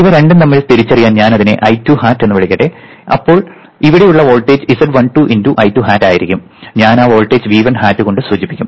ഇവ രണ്ടും തമ്മിൽ വേർതിരിച്ചറിയാൻ ഞാൻ ഇതിനെ I2 hat എന്ന് വിളിക്കട്ടെ അപ്പോൾ ഇവിടെയുള്ള വോൾട്ടേജ് z12 × I2 hat ആയിരിക്കും ഞാൻ ആ വോൾട്ടേജ് V1 hat കൊണ്ട് സൂചിപ്പിക്കും